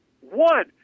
One